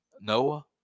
Noah